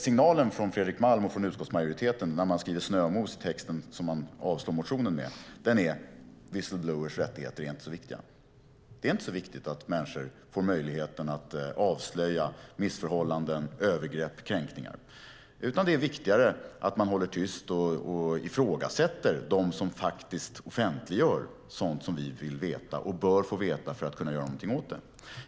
Signalen från Fredrik Malm och utskottsmajoriteten när man skriver snömos i texten som man avstyrker motionen med är att whistleblowers rättigheter inte är så viktiga. Det inte är så viktigt att människor får möjligheten att avslöja missförhållanden, övergrepp och kränkningar, utan det är viktigare att man håller tyst och ifrågasätter dem som offentliggör sådant som vi vill och bör få veta för att kunna göra något åt det.